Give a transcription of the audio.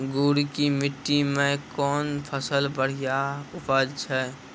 गुड़ की मिट्टी मैं कौन फसल बढ़िया उपज छ?